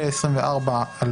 פ/2499/24,